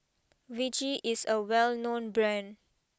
Vichy is a well known Brand